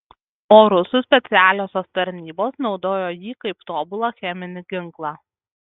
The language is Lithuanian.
o rusų specialiosios tarnybos naudojo jį kaip tobulą cheminį ginklą